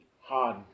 hard